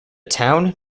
town